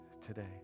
today